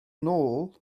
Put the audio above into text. nôl